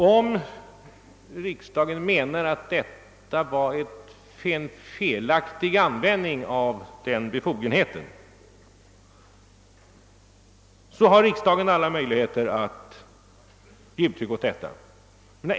Om riksdagen menar att detta var en felaktig användning av den befogenheten, har riksdagen alla möjligheter att ge uttryck åt en sådan uppfattning.